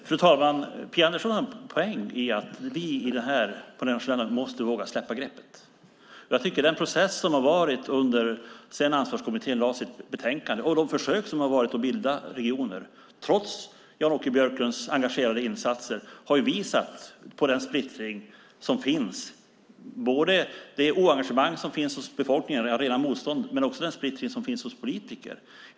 Fru talman! Phia Andersson har en poäng i att vi måste våga släppa greppet. Jag tycker att den process som har varit sedan Ansvarskommittén lade fram sitt betänkande och de försök som har gjorts att bilda regioner, trots Jan-Åke Björklunds engagerade insatser, har visat på den splittring som finns. Det gäller både bristen på engagemang hos befolkningen - ja, rena motståndet - men också den splittring som finns hos politiker.